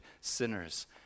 sinners